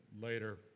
later